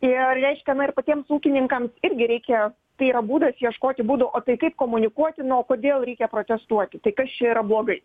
ir reiškia na ir patiems ūkininkams irgi reikia tai yra būdas ieškoti būdų o tai kaip komunikuoti na o kodėl reikia protestuoti tai kas čia yra blogai